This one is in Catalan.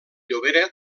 llobera